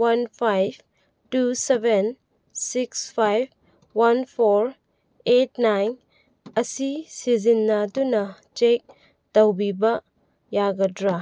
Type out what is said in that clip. one five two seven six five one four eight nine ꯑꯁꯤ ꯁꯤꯖꯤꯟꯅꯗꯨꯅ check ꯇꯧꯕꯤꯕ ꯌꯥꯒꯗ꯭ꯔꯥ